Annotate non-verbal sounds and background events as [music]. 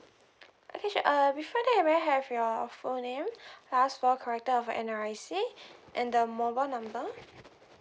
okay sure uh before that can I have your full name [breath] last four characters of your N_R_I_C and the mobile number